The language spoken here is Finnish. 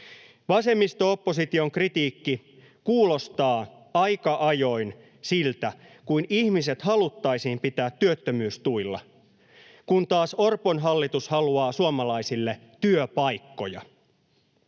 Vasemmisto-opposition kritiikki kuulostaa aika ajoin siltä kuin ihmiset haluttaisiin pitää työttömyystuilla, kun taas Orpon hallitus haluaa suomalaisille työpaikkoja.